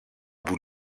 που